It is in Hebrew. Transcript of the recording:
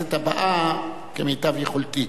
לכנסת הבאה, כמיטב יכולתי.